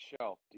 shelf